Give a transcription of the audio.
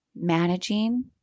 managing